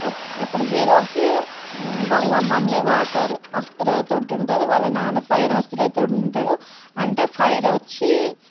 ఇప్పుడు హీరోకి వాళ్ళ మమ్మీ వాటర్ అస్త్రాతోటి ఉంటుంది వాళ్ళ నాన్న ఫైర్ అస్త్రాతోటి ఉంటాడు అంటే ఫైర్ వచ్చి